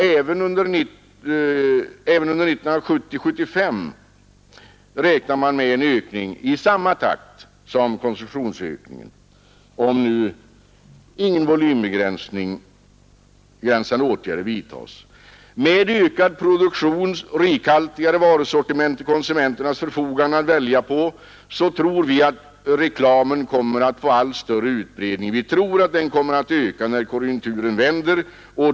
Även under åren 1970-1975 räknar man med en ökning i samma takt som konsumtionsökningen såvida inga volymbegränsande åtgärder vidtas. Med ökad produktion och ett rikhaltigare varusortiment för konsumenterna att välja på tror vi att reklamen kommer att få allt större utbredning. Vi tror att den kommer att öka när konjunkturen vänder.